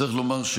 צריך לומר,